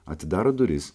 atidaro duris